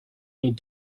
need